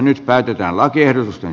nyt päätetään lakiehdotusten